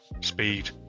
speed